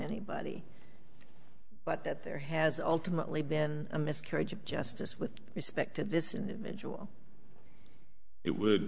anybody but that there has alternately been a miscarriage of justice with respect to this individual it would